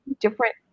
different